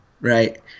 Right